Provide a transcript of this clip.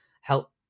help